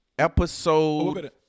Episode